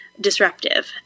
disruptive